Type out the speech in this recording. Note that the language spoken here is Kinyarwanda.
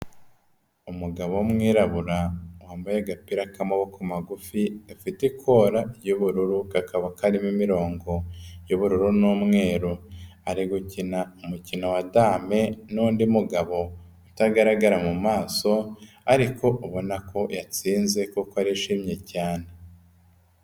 Umugabo w'umwirabura wambaye agapira k'amaboko magufi gafite ikora ry'ubururu, kakaba karimo imirongo y'ubururu n'umweru, ari gukina umukino wa dame n'undi mugabo utagaragara mu maso, ariko ubona ko yatsinze kuko arishimye cyane.